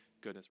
goodness